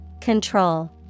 Control